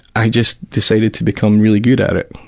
i just decided to become really good at it,